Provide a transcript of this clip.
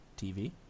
tv